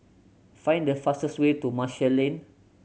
find the fastest way to Marshall Lane